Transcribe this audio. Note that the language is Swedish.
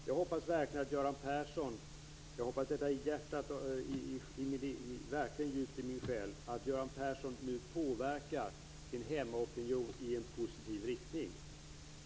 Jag hoppas verkligen djupt i min själ att Göran Persson nu påverkar sin hemmaopinion i en positiv riktning.